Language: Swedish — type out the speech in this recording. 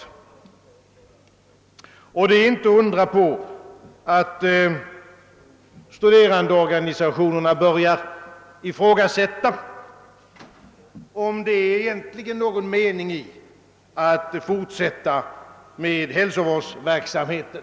Det är då inte att undra på att studerandeorganisationerna börjat ifrågasätta om det egentligen är någon mening med att fortsätta med hälsovårdsverksamheten.